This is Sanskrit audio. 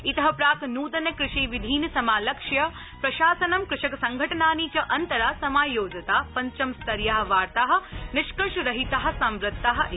इत प्राक नूतन कृषिविधीन समालक्ष्य प्रशासनं कृषक संघटनानि च अन्तरा समायोजिता पञ्चमस्तरीया वार्ता निष्कर्ष रहिता संवृत्ता इति